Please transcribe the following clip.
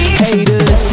haters